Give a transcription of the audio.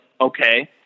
okay